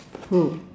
who